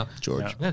george